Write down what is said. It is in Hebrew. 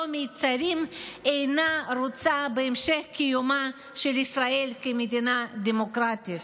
מצרים אינה רוצה בהמשך קיומה של ישראל כמדינה דמוקרטית.